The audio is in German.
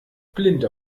blind